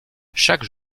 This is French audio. chaque